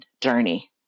journey